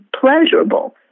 pleasurable